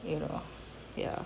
you know ya